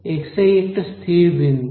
xi একটা স্থির বিন্দু